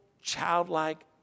childlike